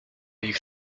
ich